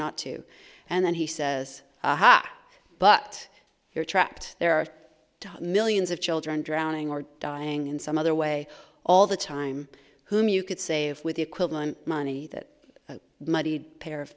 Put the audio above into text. not to and then he says ha but you're trapped there are millions of children drowning or dying in some other way all the time whom you could save with the equivalent money that muddied pair of